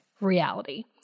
reality